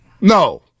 No